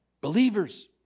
Believers